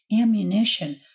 ammunition